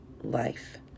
life